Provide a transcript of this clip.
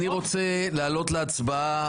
אני רוצה להעלות להצבעה.